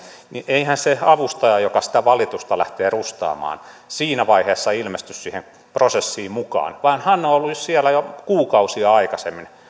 eihän se avustaja joka sitä valitusta lähtee rustaamaan siinä vaiheessa ilmesty siihen prosessiin mukaan vaan hän on ollut siellä jo kuukausia aikaisemmin